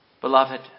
beloved